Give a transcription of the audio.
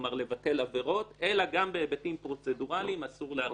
כלומר לבטל עבירות אלא גם בהיבטים פרוצדוראליים אסור להרחיב.